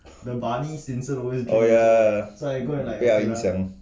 oh ya ya ya 会影响